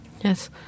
Yes